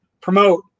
promote